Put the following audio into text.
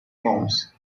forms